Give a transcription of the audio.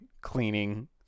cleaning